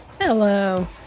Hello